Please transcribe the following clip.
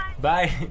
Bye